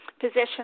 position